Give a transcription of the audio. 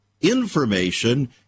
information